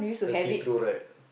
the see through right